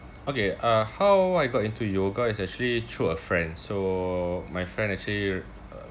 okay uh how I got into yoga is actually through a friend so my friend actually uh